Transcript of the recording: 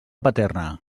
paterna